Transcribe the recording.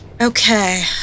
Okay